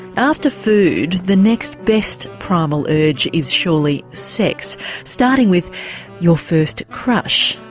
after food the next best primal urge is surely sex starting with your first crush.